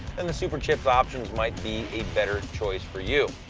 then the superchips options might be a better choice for you.